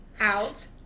out